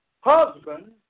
husband